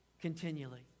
continually